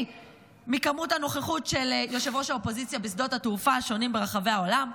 מהיקף הנוכחות של ראש האופוזיציה בשדות התעופה השונים ברחבי העולם.